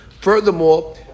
Furthermore